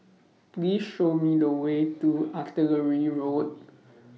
Please Show Me The Way to Artillery Road